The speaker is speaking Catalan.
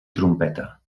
trompeta